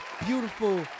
beautiful